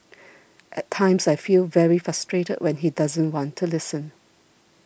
at times I feel very frustrated when he doesn't want to listen